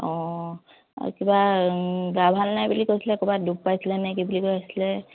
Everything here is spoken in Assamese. অঁ কিবা গা ভাল নাই বুলি কৈছিলে ক'ৰবাত দুখ পাইছিলে নে কি বুলি কৈছিলে